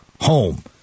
home